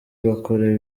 bakora